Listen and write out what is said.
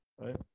right